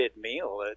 meal